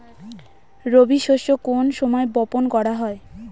রবি শস্য কোন সময় বপন করা হয়?